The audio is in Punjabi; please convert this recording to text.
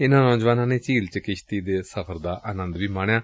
ਇਨਾਂ ਨੌਜਵਾਨਾਂ ਨੇ ਝੀਲ ਚ ਕਿਸ਼ਤੀ ਦੇ ਸਫ਼ਰ ਦਾ ਆਨੰਦ ਵੀ ਮਾਣਿਆ